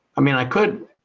i mean i could